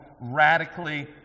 radically